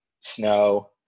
snow